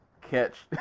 catch